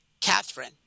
Catherine